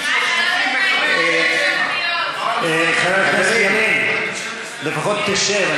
מוכרים ב-5, 6, 7. חבר הכנסת ילין, לפחות תשב.